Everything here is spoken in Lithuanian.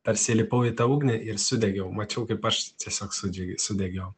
tarsi įlipau į tą ugnį ir sudegiau mačiau kaip aš tiesiog sudže sudegiau